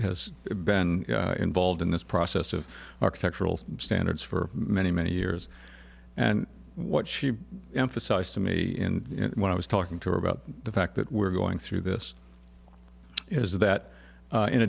has been involved in this process of architectural standards for many many years and what she emphasized to me when i was talking to her about the fact that we're going through this is that